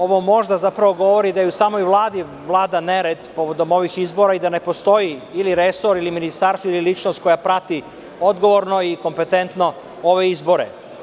Ovo možda zapravo govori da u samoj Vladi vlada nered povodom ovih izbora i da ne postoji resor ili ministarstvo ili ličnost koja prati odgovorno i kompetentno ove izbore.